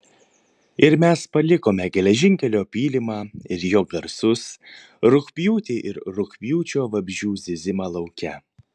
ir mes palikome geležinkelio pylimą ir jo garsus rugpjūtį ir rugpjūčio vabzdžių zyzimą lauke